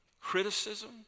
Criticism